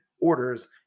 orders